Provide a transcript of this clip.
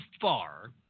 far